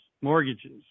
mortgages